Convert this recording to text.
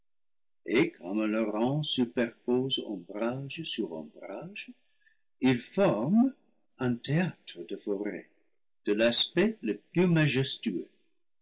et comme leurs rangs superposent ombrages sur ombrages ils forment un théâtre de forêts de l'aspect le plus majestueux